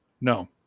no